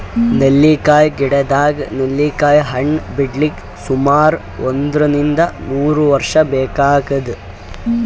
ನೆಲ್ಲಿಕಾಯಿ ಗಿಡದಾಗ್ ನೆಲ್ಲಿಕಾಯಿ ಹಣ್ಣ್ ಬಿಡ್ಲಕ್ ಸುಮಾರ್ ಒಂದ್ರಿನ್ದ ಮೂರ್ ವರ್ಷ್ ಬೇಕಾತದ್